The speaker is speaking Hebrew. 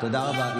תודה רבה.